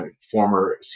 former